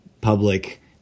public